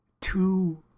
two